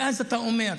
ואז אתה שומע: